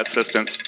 assistance